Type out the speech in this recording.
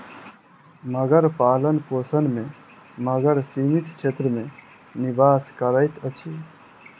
मगर पालनपोषण में मगर सीमित क्षेत्र में निवास करैत अछि